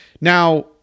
Now